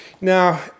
Now